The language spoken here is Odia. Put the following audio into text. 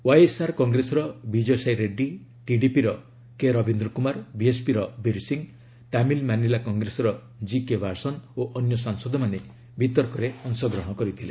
ୱାଇଏସ୍ଆର୍ କଗ୍ରେସର ବିଜୟସାଇ ରେଡ୍ରୀ ଟିଡିପିର କେରବିନ୍ଦ୍ରକୁମାର ବିଏସ୍ପିର ବୀର୍ ସିଂ ତାମିଲ୍ ମାନିଲା କଟ୍ରେସର ଜିକେ ଭାସନ ଓ ଅନ୍ୟ ସାଂସଦମାନେ ବିତର୍କରେ ଅଂଶଗ୍ହଣ କରିଥିଲେ